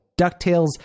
DuckTales